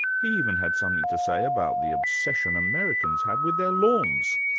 he even had something to say about the obsession americans have with their lawns.